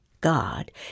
God